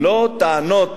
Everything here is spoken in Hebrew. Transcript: לא טענות